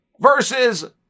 versus